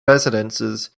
residences